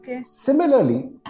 Similarly